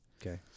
Okay